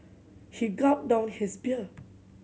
he gulped down his beer